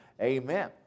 Amen